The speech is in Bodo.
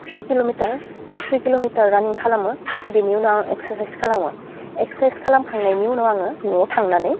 थ्रि किल'मिटार थ्रि किल'मिटार रानिं खालामो बिनि उनाव आं एक्सारसाइज खालामो एक्सारसाइज खालामखांनायनि उनाव आङो न'आव थांनानै